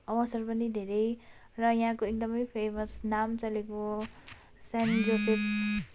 अवसर पनि धेरै र यहाँको एकदम फेमस नाम चलेको सेन्ट जोसेफ